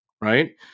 right